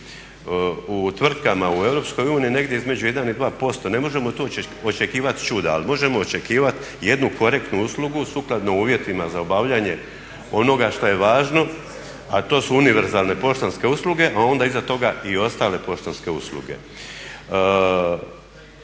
u Europskoj uniji negdje između 1 i 2%, ne možemo tu očekivati čuda ali možemo očekivati jednu korektnu uslugu sukladno uvjetima za obavljanje onoga što je važno a to su univerzalne poštanske usluge a onda iza toga i ostale poštanske usluge.